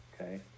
Okay